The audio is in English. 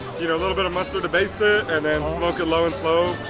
you know a little bit of mustard to baste it and then smoke it low and slow,